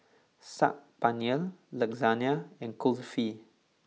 Saag Paneer Lasagna and Kulfi